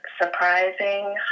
surprising